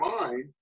mind